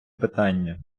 питання